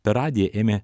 per radiją ėmė